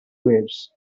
waves